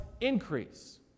increase